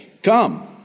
come